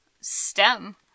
STEM